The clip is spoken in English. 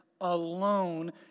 alone